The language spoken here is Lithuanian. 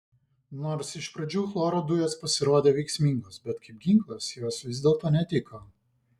nors iš pradžių chloro dujos pasirodė veiksmingos bet kaip ginklas jos vis dėlto netiko